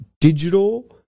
digital